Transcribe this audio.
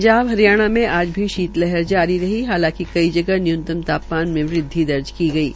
ंजाब हरियाणा में आज भी शीत लहर जारी रही हालांकि कई जगह न्यूनतम ता मान में वृद्वि दर्ज हुई है